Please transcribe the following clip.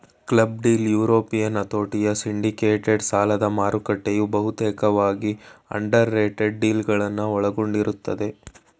club deal European ಹತೋಟಿಯ syndicated ಸಾಲದಮಾರುಕಟ್ಟೆಯು ಬಹುತೇಕವಾಗಿ ಅಂಡರ್ರೈಟೆಡ್ ಡೀಲ್ಗಳನ್ನ ಒಳಗೊಂಡಿರುತ್ತೆ